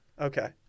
Okay